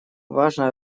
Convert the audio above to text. важно